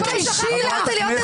תתביישי לך.